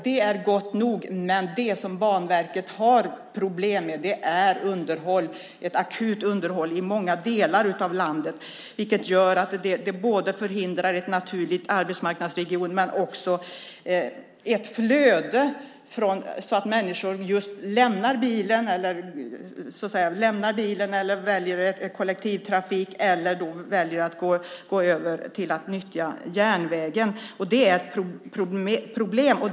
Det är gott nog. Men det som Banverket har problem med är underhåll - akut underhåll i många delar av landet. Det förhindrar en naturlig arbetsmarknadregionsutveckling men också det flöde som innebär att människor lämnar bilen och väljer kollektivtrafiken, väljer att gå över till att nyttja järnvägen. Det är ett problem.